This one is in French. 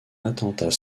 attentat